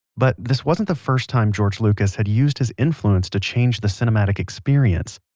but this wasn't the first time george lucas had used his influence to change the cinematic experience.